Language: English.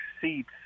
seats